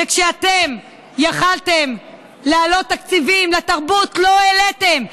וכשאתם יכולתם להעלות תקציבים לתרבות, לא העליתם.